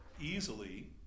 easily